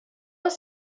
els